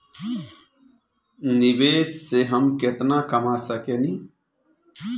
निवेश से हम केतना कमा सकेनी?